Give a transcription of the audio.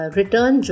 return